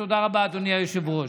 תודה רבה, אדוני היושב-ראש.